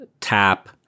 tap